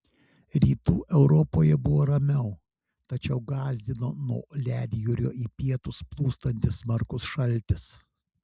rytų europoje buvo ramiau tačiau gąsdino nuo ledjūrio į pietus plūstantis smarkus šaltis